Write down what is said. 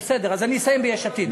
בסדר, אז אני אסיים ביש עתיד.